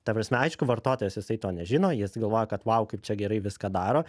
ta prasme aišku vartotojas jisai to nežino jis galvoja kad vau kaip čia gerai viską daro